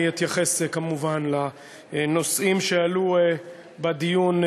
אני אתייחס כמובן לנושאים שעלו בדיון,